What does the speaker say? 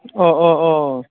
अ अ अ